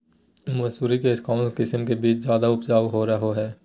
मसूरी के कौन किस्म के बीच ज्यादा उपजाऊ रहो हय?